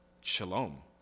shalom